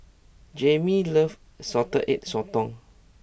Jaimee loves Salted Egg Sotong